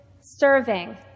serving